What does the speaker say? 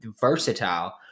versatile